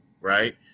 right